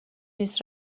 نیست